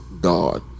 God